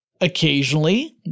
Occasionally